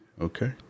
Okay